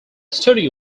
studio